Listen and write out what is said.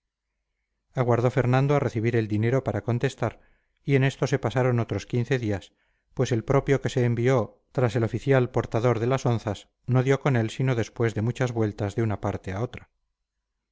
confianza aguardó fernando a recibir el dinero para contestar y en esto se pasaron otros quince días pues el propio que se envió tras el oficial portador de las onzas no dio con él sino después de muchas vueltas de una parte a otra